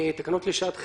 תקנות לשעת חירום.